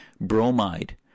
bromide